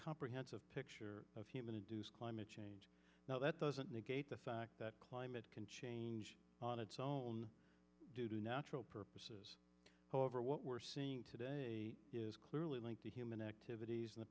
comprehensive picture of human induced climate change now that doesn't negate the fact that climate can change on its own due to natural purposes however what we're seeing today is clearly linked to human activities and the